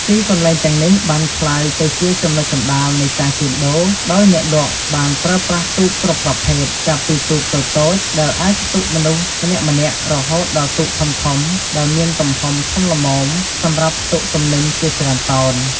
ទីកន្លែងទាំងនេះបានក្លាយទៅជាចំណុចកណ្ដាលនៃការជួញដូរ ដោយអ្នកលក់ដូរបានប្រើប្រាស់ទូកគ្រប់ប្រភេទ ចាប់ពីទូកតូចៗ ដែលអាចផ្ទុកមនុស្សម្នាក់ៗ រហូតដល់ទូកធំៗ ដែលមានទំហំធំល្មមសម្រាប់ផ្ទុកទំនិញជាច្រើនតោន។